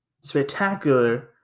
spectacular